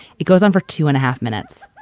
it goes on for two and a half minutes,